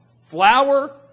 flour